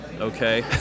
okay